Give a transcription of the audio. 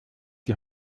die